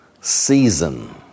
season